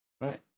Right